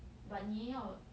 but 你也要